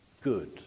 good